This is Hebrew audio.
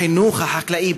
החינוך החקלאי,